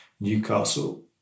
Newcastle